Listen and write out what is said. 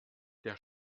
der